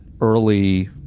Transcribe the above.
early